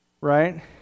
right